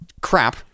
crap